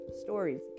stories